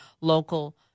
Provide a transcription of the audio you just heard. local